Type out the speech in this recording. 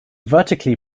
vertically